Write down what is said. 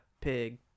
Pig